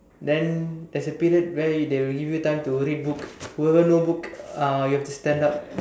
then there's a period where they will give you time to read book whoever no book uh you have to stand up